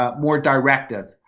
ah more directive?